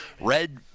red